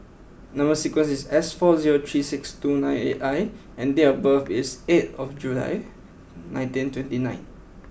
number sequence is S four zero three six two nine eight I and date of birth is eight of July nineteen twenty nine